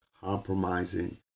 compromising